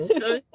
Okay